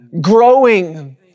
growing